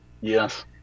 Yes